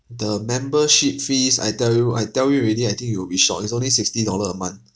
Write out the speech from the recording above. the membership fees I tell you I tell you already I think you will be shocked it's only sixty dollar a month